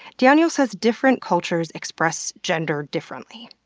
daniel says different cultures express gender differently.